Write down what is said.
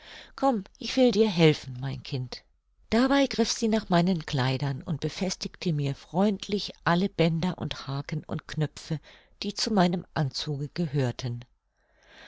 komm ich will dir helfen mein kind dabei griff sie nach meinen kleidern und befestigte mir freundlich alle bänder und haken und knöpfe die zu meinem anzuge gehörten